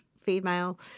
female